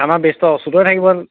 আমাৰ বেচ্টো অচ্য়ুতে থাকিব